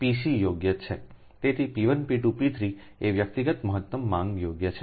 તેથી P1 P2 P3એ વ્યક્તિગત મહત્તમ માંગ યોગ્ય છે